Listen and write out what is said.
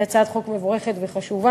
היא הצעת חוק מבורכת וחשובה,